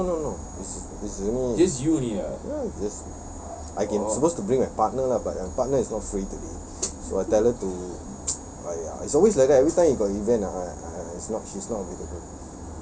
no no no it's it's only ya just I can supposed to bring a partner lah but my partner is not free today so I tell her to !aiya! it's always like that every time got event ah I I she's not available